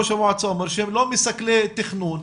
כפי שראש המועצה אומר שהם לא מסכלי תכנון,